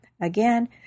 Again